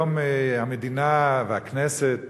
היום המדינה והכנסת,